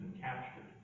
captured